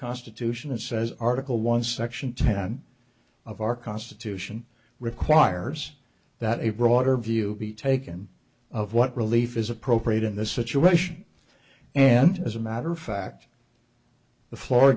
constitution it says article one section ten of our constitution requires that a broader view be taken of what relief is appropriate in this situation and as a matter of fact the floor